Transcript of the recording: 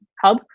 hub